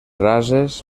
rases